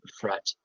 threat